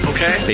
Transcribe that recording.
Okay